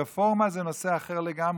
הרפורמה זה נושא אחר לגמרי.